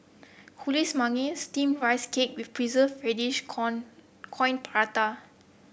Kuih Manggis steamed Rice Cake with Preserved Radish con Coin Prata